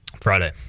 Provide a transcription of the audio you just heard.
Friday